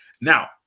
now